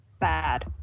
bad